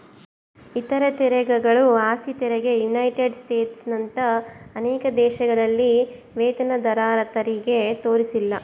ಇತರ ತೆರಿಗೆಗಳು ಆಸ್ತಿ ತೆರಿಗೆ ಯುನೈಟೆಡ್ ಸ್ಟೇಟ್ಸ್ನಂತ ಅನೇಕ ದೇಶಗಳಲ್ಲಿ ವೇತನದಾರರತೆರಿಗೆ ತೋರಿಸಿಲ್ಲ